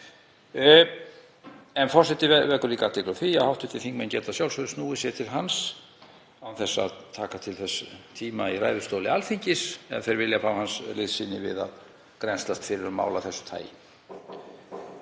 En forseti vekur líka athygli á því að hv. þingmenn geta að sjálfsögðu snúið sér til hans án þess að taka til þess tíma í ræðustóli Alþingis ef þeir vilja fá liðsinni hans við að grennslast fyrir um mál af þessu tagi.